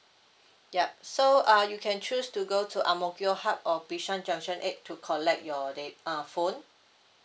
yup so uh you can choose to go to ang mo kio hub or bishan junction eight to collect your da~ uh phone